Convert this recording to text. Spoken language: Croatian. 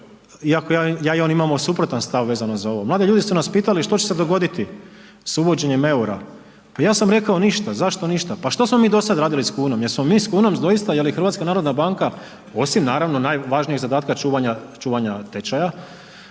iako ja i on imamo suprotan stav vezano za ovo, mladi ljudi su nas pitali što će se dogoditi sa uvođenjem eura. Pa ja sam rekao ništa, zašto ništa, pa što smo mi do sada radili s kunom? Jesmo mi s kunom doista, je li HNB osim naravno najvažnijeg zadatka čuvanja tečaja,